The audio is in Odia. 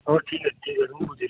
ହଉ ଠିକ୍ ଅଛି ଠିକ୍ ଅଛି ମୁଁ ବୁଝିଲି ବୁଝିଲି